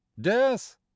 death